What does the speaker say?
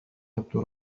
يبدو